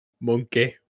Monkey